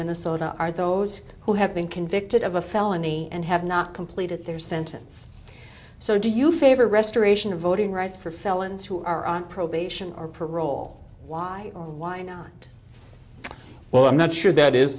minnesota are those who have been convicted of a felony and have not completed their sentence so do you favor restoration of voting rights for felons who are on probation or parole why or why not well i'm not sure that is